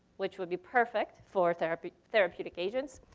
which would be perfect for therapeutic therapeutic agents.